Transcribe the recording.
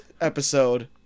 episode